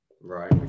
Right